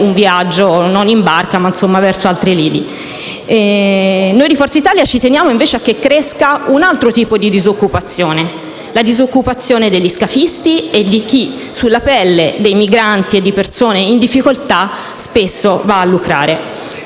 un viaggio, non in barca, ma comunque verso altri lidi. Noi di Forza Italia ci teniamo, invece, che cresca un altro tipo di disoccupazione: la disoccupazione degli scafisti e di chi, sulla pelle dei migranti e di persone in difficoltà, spesso va a lucrare.